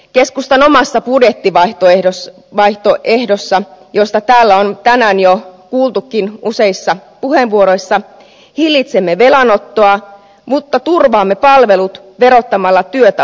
keskustan omassa budjettivaihtoehdossa josta täällä on tänään jo kuultukin useissa puheenvuoroissa hillitsemme velanottoa mutta turvaamme palvelut verottamalla työtä oikeudenmukaisesti